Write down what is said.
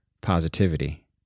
positivity